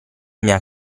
mia